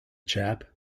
chap